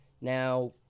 Now